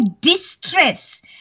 distress